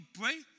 break